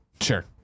Sure